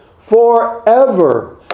forever